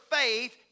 faith